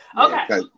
Okay